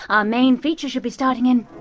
our main feature should be starting in